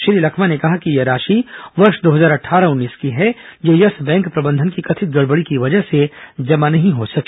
श्री लखमा ने कहा कि यह राशि वर्ष दो हजार अट्ठारह उन्नीस की है जो यस बैंक प्रबंधन की कथित गड़बड़ी की वजह से जमा नहीं हो सकी